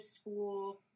school